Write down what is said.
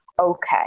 okay